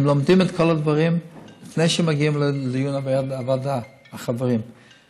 הם לומדים את כל הדברים לפני שהם מגיעים להיות חברים בוועדה.